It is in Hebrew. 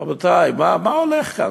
רבותי, מה הולך כאן?